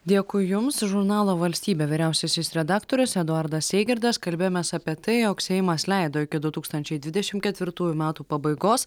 dėkui jums žurnalo valstybė vyriausiasis redaktorius eduardas eigirdas kalbėjomės apie tai jog seimas leido iki du tūkstančiai dvidešim ketvirtųjų metų pabaigos